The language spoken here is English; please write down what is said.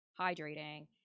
hydrating